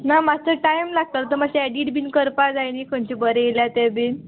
ना मात्सो टायम लागतलो तो माश्शें एडीट बीन करपा जाय न्ही खंयचे बरे येयला ते बीन